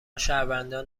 شهروندان